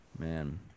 man